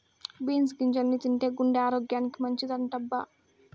beans గింజల్ని తింటే గుండె ఆరోగ్యానికి మంచిదటబ్బా